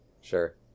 Sure